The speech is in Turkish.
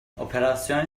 operasyon